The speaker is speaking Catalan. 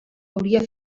hauria